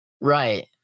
Right